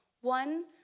one